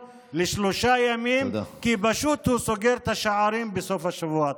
לשלושה ימים פשוט כי הוא סוגר את השערים בסוף השבוע.